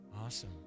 Awesome